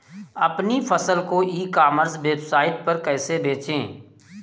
अपनी फसल को ई कॉमर्स वेबसाइट पर कैसे बेचें?